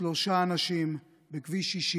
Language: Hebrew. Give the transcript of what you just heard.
שלושה אנשים בכביש 60: